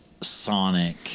sonic